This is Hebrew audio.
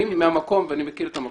אני מכיר את המקום.